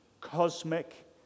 cosmic